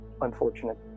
unfortunate